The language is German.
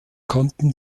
konnten